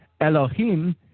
Elohim